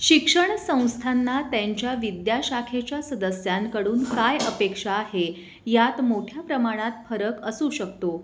शिक्षणसंस्थांना त्यांच्या विद्याशाखेच्या सदस्यांकडून काय अपेक्षा आहे यात मोठ्या प्रमाणात फरक असू शकतो